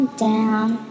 down